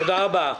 תודה רבה.